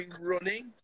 running